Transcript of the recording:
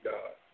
God